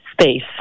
space